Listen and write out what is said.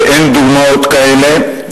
ואין דוגמאות כאלה,